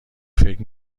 فکر